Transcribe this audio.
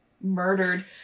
murdered